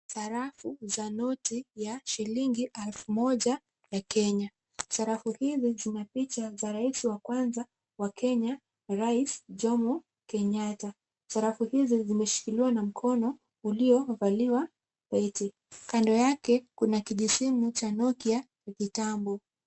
Sarafu za noti ya shilingi elfu moja ya Kenya. Sarafu hizi zina picha za rais wa kwanza wa Kenya rais Jomo Kenyatta. Sarafu hizi zimeshikiliwa na mkono uliovaliwa pete. Kando yake kuna kijisimu cha Nokia ya kitambo.